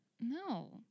No